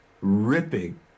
ripping